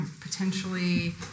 potentially